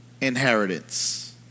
inheritance